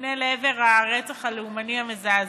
תופנה לעבר הרצח הלאומני המזעזע,